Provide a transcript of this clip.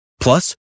Plus